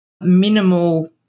minimal